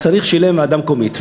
צריך שתהיה להם ועדה מקומית,